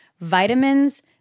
vitamins